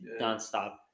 nonstop